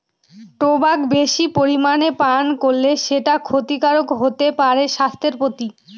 tobacco বেশি পরিমানে পান করলে সেটা ক্ষতিকারক হতে পারে স্বাস্থ্যের প্রতি